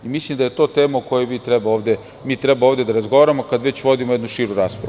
Mislim da je to tema o kojoj mi treba ovde da razgovaramo, kada već vodimo jednu širu raspravu.